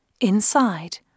Inside